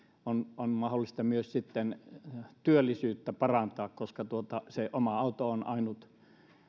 on on mahdollista myös sitten työllisyyttä parantaa koska se oma auto on ainut